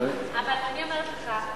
אבל אני אומרת לך,